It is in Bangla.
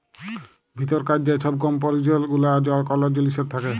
ভিতরকার যে ছব কম্পজিসল গুলা কল জিলিসের থ্যাকে